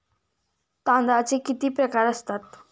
तांदळाचे किती प्रकार असतात?